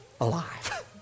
alive